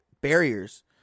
barriers